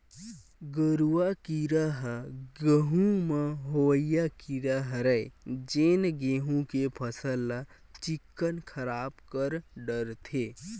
गरुआ कीरा ह गहूँ म होवइया कीरा हरय जेन गेहू के फसल ल चिक्कन खराब कर डरथे